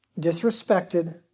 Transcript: disrespected